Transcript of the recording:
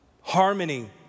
harmony